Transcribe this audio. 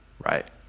Right